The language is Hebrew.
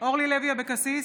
אורלי לוי אבקסיס,